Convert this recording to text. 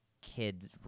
kids